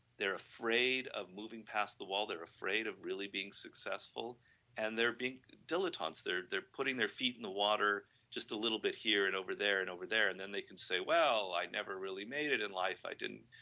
they're afraid of moving past the wall, they're afraid of really being successful and they're being dilettantes, they're they're putting their feet in the water just a little bit here and over there and over there and then they can say well, i never really made it life, i didn't,